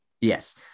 Yes